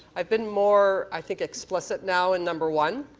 i've been more i think explicit now in number one,